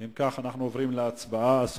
אבל גם הריסת הבתים זה דבר לא פחות חשוב,